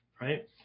right